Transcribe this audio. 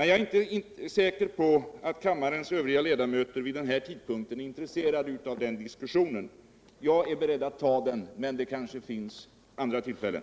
Jag är inte säker på att kammarens övriga ledamöter vid denna tidpunkt är intresserade av den diskussionen. Jag är beredd att föra den, men det kanske finns andra tillfällen.